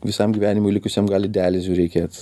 visam gyvenimui likusiam gali dializių reikėt